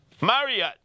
Marriott